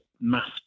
mass